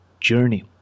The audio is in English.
journey